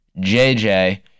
JJ